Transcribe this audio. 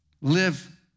Live